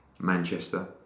Manchester